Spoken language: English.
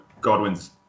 Godwin's